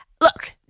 Look